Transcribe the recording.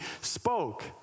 spoke